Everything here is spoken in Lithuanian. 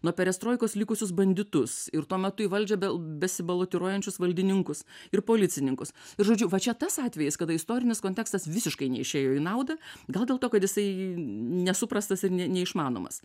nuo perestroikos likusius banditus ir tuo metu į valdžią besibalotiruojančius valdininkus ir policininkus žodžiu va čia tas atvejis kada istorinis kontekstas visiškai neišėjo į naudą gal dėl to kad jisai nesuprastas ir ne neišmanomas